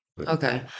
Okay